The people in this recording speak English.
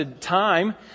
time